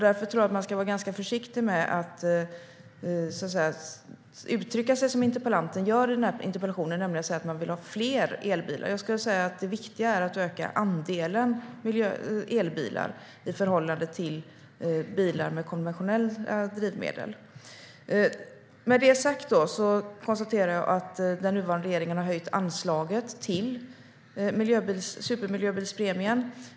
Därför tror jag att man ska vara ganska försiktig med att uttrycka sig som interpellanten gör i interpellationen, nämligen att säga att man vill ha fler elbilar. Jag skulle vilja säga att det viktiga är att öka andelen elbilar i förhållande till bilar med konventionella drivmedel. Med det sagt konstaterar jag att den nuvarande regeringen har höjt anslaget till supermiljöbilspremien.